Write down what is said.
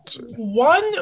one